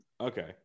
Okay